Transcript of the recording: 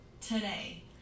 today